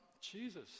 Jesus